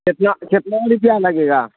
کتنا کتنا روپیہ لگے گا